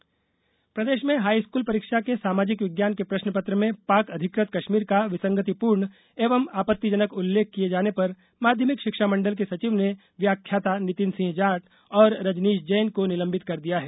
परीक्षा प्रश्नपत्र प्रदेश में हाई स्कूल परीक्षा के सामाजिक विज्ञान के प्रश्न पत्र में पाक अधिकृत कश्मीर का विसंगतिपूर्ण एवं आपत्तिजनक उल्लेख किये जाने पर माध्यमिक शिक्षा मंडल के सचिव ने व्याख्याता नितिन सिंह जाट और रजनीश जैन को निलंबित कर दिया है